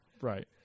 Right